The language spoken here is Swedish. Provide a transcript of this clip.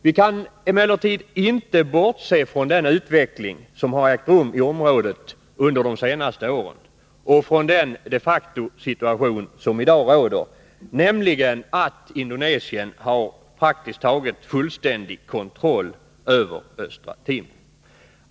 Vi kan emellertid inte bortse från den utveckling som har ägt rum i området under de senaste åren och från den de facto-situation som i dag råder, nämligen att Indonesien har praktiskt taget fullständig kontroll över Östra Timor.